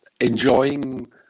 enjoying